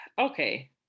Okay